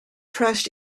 trust